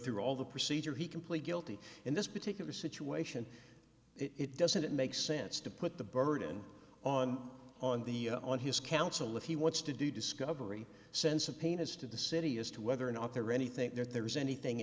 through all the procedure he can plead guilty in this particular situation it doesn't make sense to put the burden on on the on his counsel if he wants to do discovery sense of pain as to the city as to whether or not they're ready think there's anything